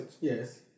Yes